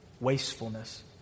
Wastefulness